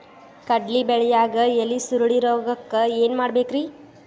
ಕಡ್ಲಿ ಬೆಳಿಯಾಗ ಎಲಿ ಸುರುಳಿರೋಗಕ್ಕ ಏನ್ ಮಾಡಬೇಕ್ರಿ?